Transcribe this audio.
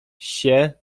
się